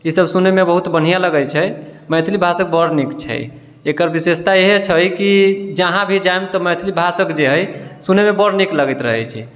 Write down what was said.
ईसब सुनैमे बहुत बढ़िआँ लगै छै मैथिली भाषा बड़ नीक छै एकर विशेषता इएह छै कि जहाँ भी जाइम तऽ मैथिली भाषक जे हइ सुनैमे बड़ नीक लगैत रहै छै